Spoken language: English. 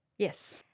Yes